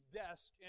desk